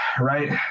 right